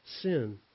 sin